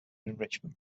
enrichment